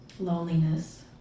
loneliness